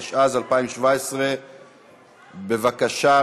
התשע"ז 2017. בבקשה,